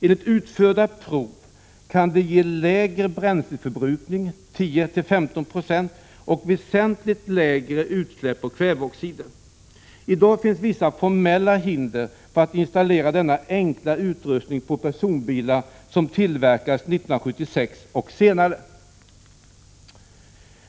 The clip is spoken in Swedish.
Enligt utförda prov kan det ge 10-15 96 lägre bränsleförbrukning och väsentligt lägre utsläpp av bl.a. kväveoxider. I dag finns vissa formella hinder för att installera denna enkla utrustning på personbilar som tillverkats 1976 och senare.